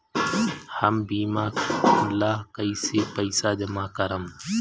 हम बीमा ला कईसे पईसा जमा करम?